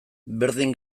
berdin